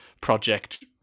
project